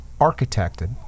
architected